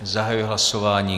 Zahajuji hlasování.